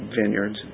vineyards